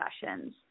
sessions